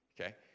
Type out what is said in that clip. okay